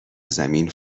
زمین